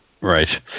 Right